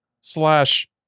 slash